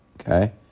okay